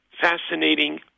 fascinating